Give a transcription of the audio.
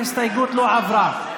ההסתייגות לא עברה.